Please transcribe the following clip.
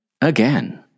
Again